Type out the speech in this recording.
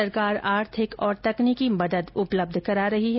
सरकार आर्थिक और तकनीकी मदद उपलब्ध करा रही है